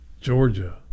Georgia